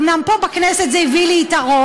אומנם פה בכנסת זה הביא לי יתרון,